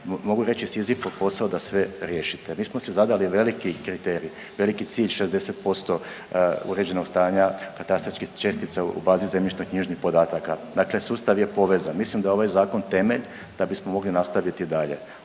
mogu reći Sizifov posao da sve riješite. Mi smo si zadali veliki kriterij, veliki cilj 60% uređenog stanja katastarskih čestica u bazi zemljišno-knjižnih podataka. Dakle, sustav je povezan. Mislim da je ovaj zakon temelj da bismo mogli nastaviti dalje